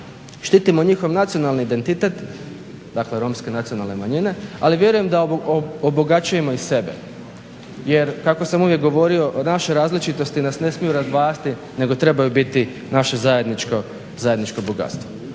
Štitimo njihov nacionalni identitet, dakle Romske nacionalne manjine, ali vjerujem da obogaćujemo i sebe, jer kako sam uvijek govorio naše različitosti nas ne smiju razdvajati nego trebaju biti naše zajedničko bogatstvo.